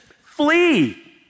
flee